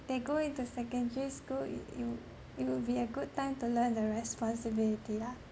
they go into secondary school it it will it will be a good time to learn the responsibility lah